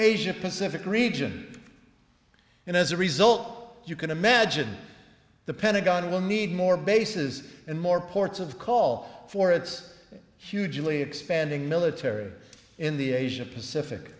asia pacific region and as a result you can imagine the pentagon will need more bases and more ports of call for its hugely expanding military in the asia pacific